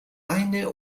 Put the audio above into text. eine